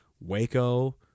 Waco